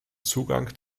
zugang